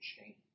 change